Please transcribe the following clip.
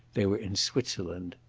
they were in switzerland.